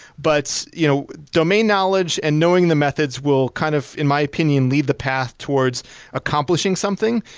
but you know domain knowledge and knowing the methods will kind of, in my opinion, lead the path towards accomplishing something.